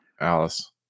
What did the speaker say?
Alice